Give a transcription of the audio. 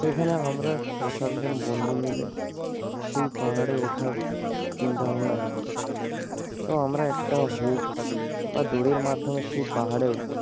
সেখানে আমরা ছ সাতজন বন্ধু মিলে সেই পাহাড়ে ওঠার চিন্তাভাবনা নিই তো আমরা একটা হুক বা দড়ির মাধ্যমে সেই পাহাড়ে উঠি